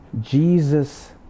Jesus